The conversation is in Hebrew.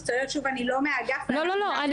שוב אני לא מהאגף --- לא לא לא.